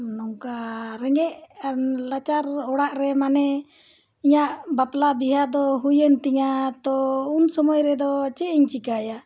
ᱱᱚᱝᱠᱟ ᱨᱮᱸᱜᱮᱡ ᱱᱟᱪᱟᱨ ᱚᱲᱟᱜ ᱨᱮ ᱢᱟᱱᱮ ᱤᱧᱟᱹᱜ ᱵᱟᱯᱞᱟ ᱵᱤᱦᱟᱹ ᱫᱚ ᱦᱩᱭᱮᱱ ᱛᱤᱧᱟᱹ ᱛᱚ ᱩᱱ ᱥᱚᱢᱚᱭ ᱨᱮᱫᱚ ᱪᱮᱫ ᱤᱧ ᱪᱤᱠᱟᱹᱭᱟ